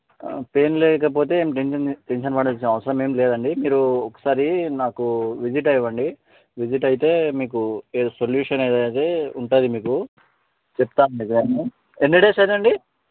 pain లేకపోతే ఏం tension తీ టెన్షన్ పడాల్సిన అవసరం ఏం లేదండి మీరు ఒకసారి నాకు విజిట్ అవ్వండి విజిట్ అయితే మీకు ఏ సొల్యూషన్ ఏదైతే ఉంటుంది మీకు చెప్తాను మీకు అన్ని ఎన్ని డేస్ అయింది అండి